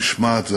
משמעת,